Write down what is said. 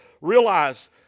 realize